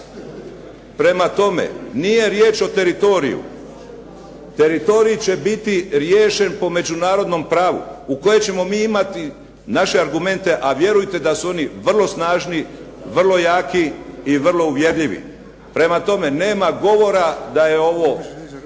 Prema tome, nije riječ o teritorij. Teritorij će biti riješen po međunarodnom pravu u kojem ćemo mi imati naše argumente, a vjerujte da su oni vrlo snažni, vrlo jaki i vrlo uvjerljivi. Prema tome, nema govora da je ovo